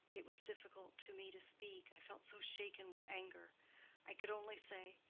it was difficult to me to speak, i felt so shaken with anger i could only say,